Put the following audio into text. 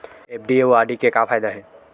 FD अउ RD के का फायदा हे?